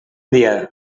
dia